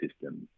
systems